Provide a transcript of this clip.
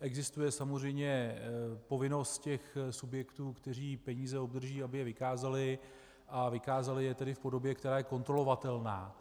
Existuje samozřejmě povinnost těch subjektů, které peníze obdrží, aby je vykázaly, a vykázaly je tedy v podobě, která je kontrolovatelná.